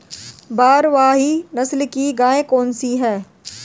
भारवाही नस्ल की गायें कौन सी हैं?